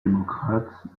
démocrates